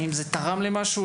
האם זה תרם למשהו?